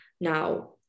now